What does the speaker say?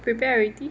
prepare already